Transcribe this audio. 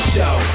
Show